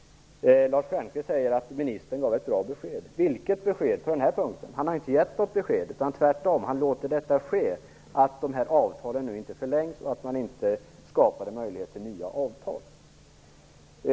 Lars Stjernkvist sade att ministern gav ett bra besked på den här punkten. Vilket besked? Han har inte givit oss något besked utan har tvärtom tillåtit att avtalen nu inte förlängs och att möjligheter till nya avtal inte ges.